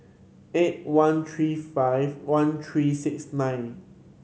eight one three five one three six nine